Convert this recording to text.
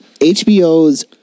HBO's